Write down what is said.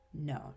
No